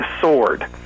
sword